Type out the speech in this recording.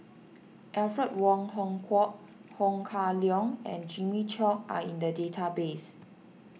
Alfred Wong Hong Kwok Ho Kah Leong and Jimmy Chok are in the database